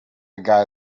guy